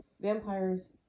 Vampires